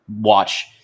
watch